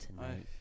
Tonight